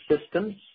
systems